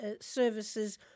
services